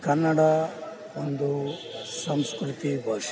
ಕನ್ನಡ ಒಂದು ಸಂಸ್ಕೃತಿ ಭಾಷೆ